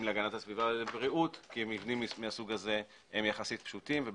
להגנת הסביבה ובריאות כי מבנים מהסוג הזה הם יחסית פשוטים,